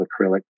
acrylic